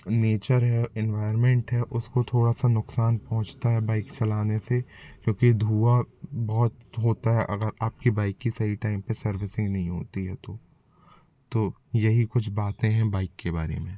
nature है environment है उसको थोड़ा सा नुक्सान पहुँचता है बाइक चलाने से क्योंकि धुँआ बहुत होता है अगर आपकी बाइक की सही टाइम पे सर्विसिंग नहीं होती है तो तो यही कुछ बातें हैं बाइक के बारे में